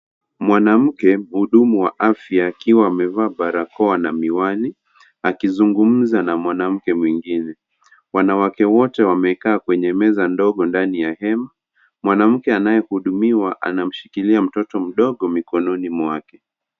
Mwanamke mhudumu wa afya akiwa amevaa barakoa na miwani akizungumza na mwanamke mwingine, wanawake wote wamekaa kwenye meza ndogo ndani ya hema, mwanamke anayehudumiwa anashikilia mtoto mdogo mikononi mwake.